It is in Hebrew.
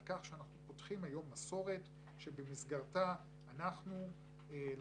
על כך שאנחנו פותחים היום מסורת במסגרתה אנחנו לראשונה